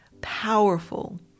powerful